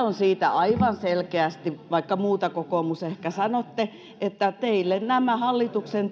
on siitä aivan selkeästi vaikka muuta kokoomus ehkä sanotte että teille nämä hallituksen